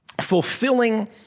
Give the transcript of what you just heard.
fulfilling